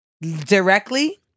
Directly